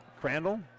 Crandall